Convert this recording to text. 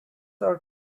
are